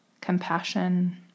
compassion